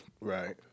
Right